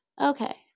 okay